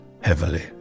heavily